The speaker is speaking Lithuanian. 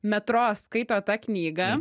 metro skaito tą knygą